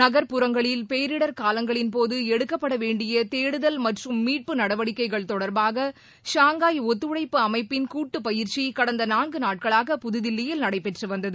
நகர்ப்புறங்களில் பேரிடர் காலங்களின்போது எடுக்கப்படவேண்டிய தேடுதல் மற்றும் மீட்பு நடவடிக்கைகள் தொடர்பாக ஷாங்காய் ஒத்துழைப்பு அமைப்பின் கூட்டு பயிற்சி கடந்த நான்கு நாட்களாக புதுதில்லியில் நடைபெற்று வந்தது